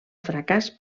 fracàs